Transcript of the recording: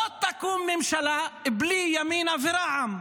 לא תקום ממשלה בלי ימינה ורע"מ.